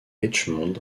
richmond